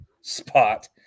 spot